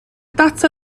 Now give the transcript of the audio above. data